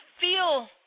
feel